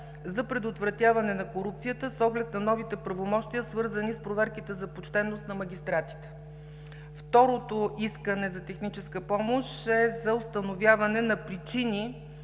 за предотвратяване на корупцията, с оглед на новите правомощия, свързани с проверките за почтеност на магистратите. Второто искане за техническа помощ е за установяване на причини